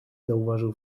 zauważył